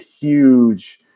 huge